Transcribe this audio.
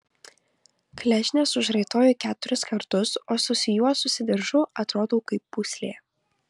klešnes užraitoju keturis kartus o susijuosusi diržu atrodau kaip pūslė